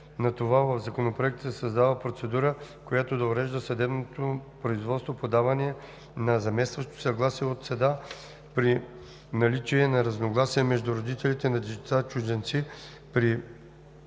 на това в Законопроекта се създава процедура, която да урежда съдебното производство по даване на заместващо съгласие от съда при наличие на разногласие между родителите на деца чужденци при